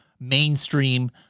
mainstream